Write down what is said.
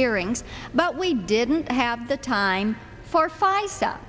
hearings but we didn't have the time for fights that